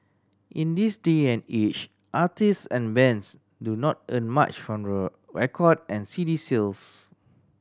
in this day and age artist and bands do not earn much from record and C D sales